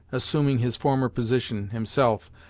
assuming his former position, himself,